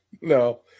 No